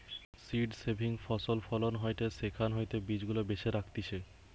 seed saving ফসল ফলন হয়টে সেখান হইতে বীজ গুলা বেছে রাখতিছে